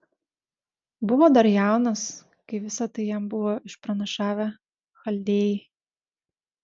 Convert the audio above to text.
buvo dar jaunas kai visa tai jam buvo išpranašavę chaldėjai